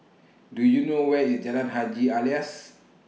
Do YOU know Where IS Jalan Haji Alias